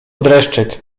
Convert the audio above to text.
dreszczyk